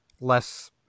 less